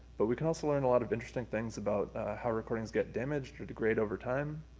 but we can also learn a lot of interesting things about how recordings get damaged or degrade over time.